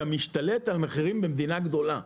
אתה משתלט על המחירים במדינה גדולה.